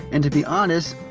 and to be honest,